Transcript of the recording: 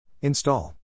install